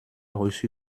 reçu